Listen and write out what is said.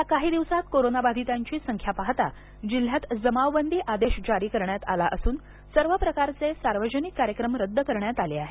गेल्या काही दिवसांत कोरोनाबाधितांची संख्या पाहता जिल्ह्यात जमावबंदी आदेश जारी करण्यात आला असून सर्व प्रकारचे सार्वजनिक कार्यक्रम रद्द करण्यात आले आहेत